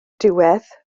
diwedd